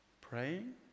praying